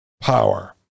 power